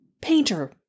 painter